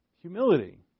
Humility